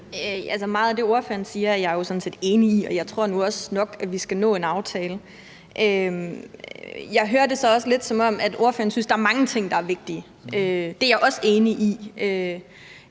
meget af det, ordføreren siger, er jeg jo sådan set enig i, og jeg tror nu også nok, at vi skal nå en aftale. Jeg hører det så også lidt sådan, at ordføreren synes, at der er mange ting, der er vigtige. Det er jeg også enig i.